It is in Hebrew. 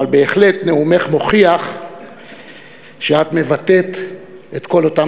אבל בהחלט נאומך מוכיח שאת מבטאת את כל אותם